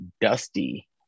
Dusty